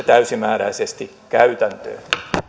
täysimääräisesti käytäntöön